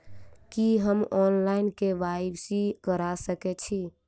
की हम online, KYC करा सकैत छी?